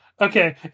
Okay